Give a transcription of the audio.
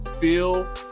feel